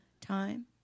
time